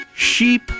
sheep